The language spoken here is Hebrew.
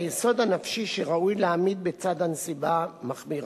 היסוד הנפשי שראוי להעמיד לצד הנסיבה המחמירה.